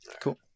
Cool